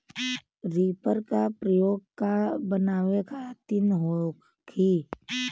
Reaper का प्रयोग का बनावे खातिन होखि?